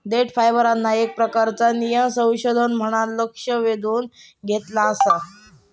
देठ फायबरना येक प्रकारचा नयीन संसाधन म्हणान लक्ष वेधून घेतला आसा